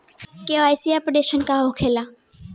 KYC updation का होला?